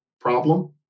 problem